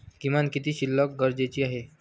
किमान किती शिल्लक गरजेची आहे?